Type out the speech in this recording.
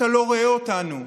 אתה לא רואה אותנו.